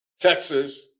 Texas